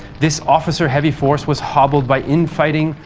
this officer-heavy force was hobbled by infighting,